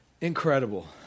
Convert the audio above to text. incredible